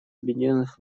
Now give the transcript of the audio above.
объединенных